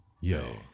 Yo